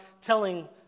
telling